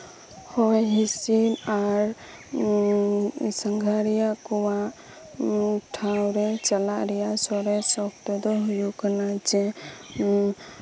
ᱦᱚᱭ ᱦᱤᱸᱥᱤᱫ ᱟᱨ ᱥᱟᱸᱜᱷᱟᱨ ᱨᱮᱭᱟᱜ ᱠᱚᱢᱟ ᱱᱤᱴ ᱴᱷᱟᱶ ᱨᱮᱭᱟᱜ ᱥᱚᱨᱮᱥ ᱚᱠᱛᱚ ᱫᱚ ᱦᱩᱭᱩᱜ ᱠᱟᱱᱟ ᱡᱮ